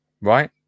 right